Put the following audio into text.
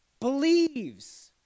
believes